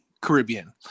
Caribbean